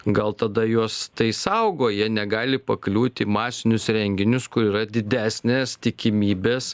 gal tada juos tai saugo jie negali pakliūti į masinius renginius kur yra didesnės tikimybės